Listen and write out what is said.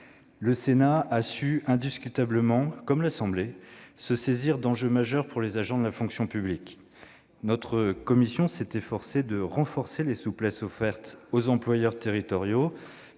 nationale, a indiscutablement su se saisir d'enjeux majeurs pour les agents de la fonction publique. Notre commission s'est efforcée de renforcer les souplesses offertes aux employeurs territoriaux,